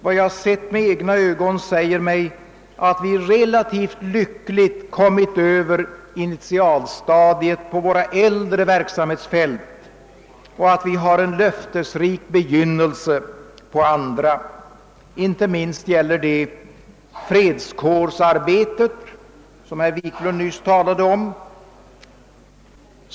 Vad jag sett med egna ögon säger mig att vi relativt lyckligt kommit över initialstadiet på våra äldre verksamhetsfält och att vi har en löftesrik begynnelse på andra. Inte minst gäller detta fredskårsarbetet, som herr Wiklund i Stockholm nyss talade om.